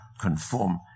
conform